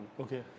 okay